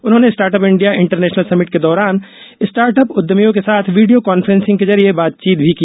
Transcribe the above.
उन्होंने startup India international summit के दौरान स्टार्टअप उद्यमियों के साथ वीडियो कांफ्रेंसिंग के जरिये बातचीत भी की